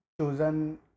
chosen